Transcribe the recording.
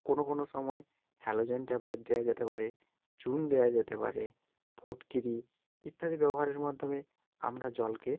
কোনো কোনো সময় হ্যালোজেন ট্যাবলেট দেয়া যেতে পারে চুন দেয়া যেতে পারে ফোটকিরি ইত্যাদি ব্যবহারের মাধ্যমে আমরা জলকে